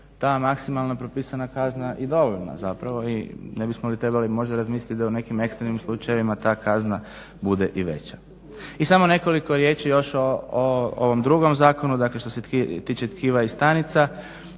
ta maksimalna propisana kazna i dovoljna zapravo i ne bismo li trebali možda razmisliti da u nekim ekspertnim slučajevima ta kazna bude i veća. I samo nekoliko riječi još o ovom drugom zakonu što se tiče tkiva i stanica.